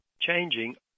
changing